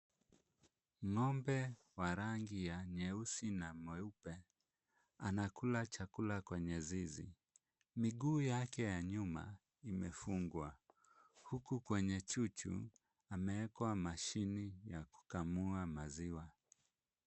Ng'ombe wa rangi ya nyeusi na mweupe, anakula chakula kwenye zizi. Miguu yake ya nyuma imefungwa huku kwenye chuchu ameekwa mashine ya kukamua maziwa.